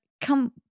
come